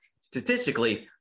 Statistically